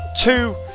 two